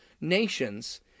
nations